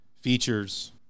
features